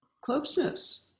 closeness